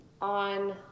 on